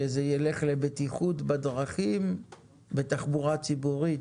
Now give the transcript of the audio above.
שזה יילך לבטיחות בדרכים בתחבורה ציבורית,